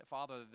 Father